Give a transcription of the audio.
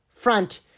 front